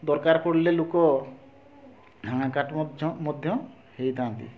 ଦରକାର ପଡ଼ିଲେ ଲୋକ ହାଣ କାଟ ମଧ୍ୟ ମଧ୍ୟ ହୋଇଥାନ୍ତି